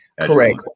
correct